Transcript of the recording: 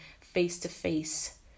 face-to-face